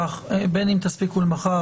בין אם תספיקו למחר,